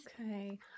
Okay